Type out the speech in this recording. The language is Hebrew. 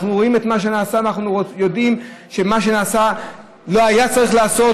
אנחנו רואים את מה נעשה ואנחנו יודעים שמה שנעשה לא היה צריך להיעשות,